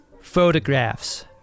photographs